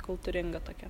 kultūringa tokia